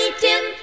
Tim